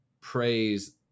praise